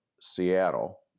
Seattle